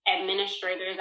administrators